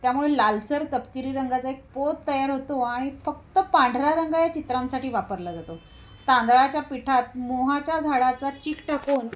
त्यामुळे लालसर तपकिरी रंगाचा एक पोत तयार होतो आणि फक्त पांढऱ्या रंग या चित्रांसाठी वापरला जातो तांदळाच्या पिठात मोहाच्या झाडाचा चिक टाकून